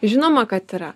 žinoma kad yra